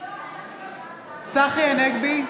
צחי הנגבי,